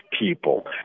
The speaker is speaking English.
people